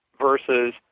versus